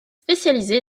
spécialisé